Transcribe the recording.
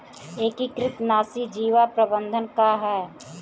एकीकृत नाशी जीव प्रबंधन का ह?